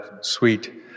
sweet